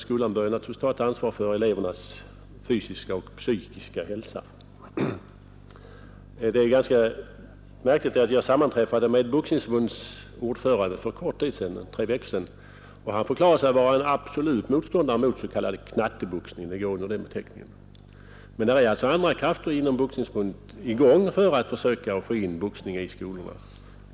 Skolan bör naturligtvis ta ett ansvar för elevernas fysiska och psykiska hälsa. Den här saken är ganska märklig. Jag sammanträffade för tre veckor Nr 57 sedan med Boxningsförbundets ordförande, och han förklarade sig vara Torsdagen den en absolut motståndare mot s.k. knatteboxning — det går under den 13 april 1972 beteckningen. Men nu är alltså andra krafter inom Boxningsförbundet i gång för att försöka få in boxningen i skolorna.